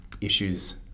issues